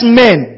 men